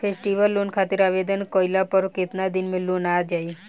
Festival loan खातिर आवेदन कईला पर केतना दिन मे लोन आ जाई?